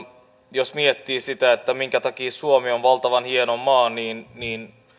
jos miettii sitä minkä takia suomi on valtavan hieno maa niin niin